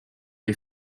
les